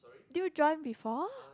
do you join before